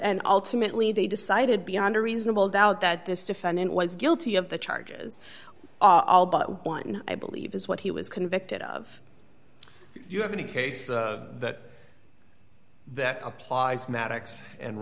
and ultimately they decided beyond a reasonable doubt that this defendant was guilty of the charges one i believe is what he was convicted of you have any case that that applies maddox and